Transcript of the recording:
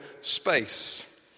space